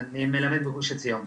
מלמד בגוש עציון,